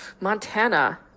Montana